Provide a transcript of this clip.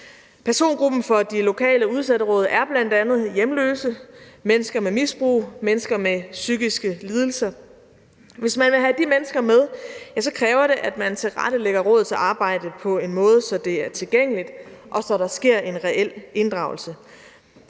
Persongruppen for de lokale udsatteråd er bl.a. hjemløse, mennesker med misbrug og mennesker med psykiske lidelser. Hvis man vil have de mennesker med, kræver det, at man tilrettelægger rådets arbejde på en måde, så det er tilgængeligt, og så der sker en reel inddragelse.